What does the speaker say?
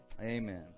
Amen